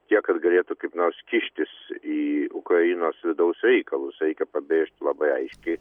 tiek kad galėtų kaip nors kištis į ukrainos vidaus reikalus reikia pabrėžti labai aiškiai